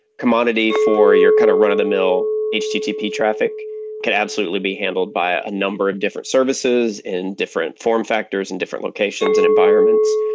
commodity for your kind of run-of-the-mill http traffic can absolutely be handled by a number of different services, in different form factors, in different locations and environments.